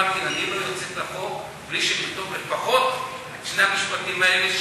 אמרתי: אני לא אוציא את החוק בלי לכתוב לפחות את שני המשפטים האלה,